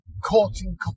courting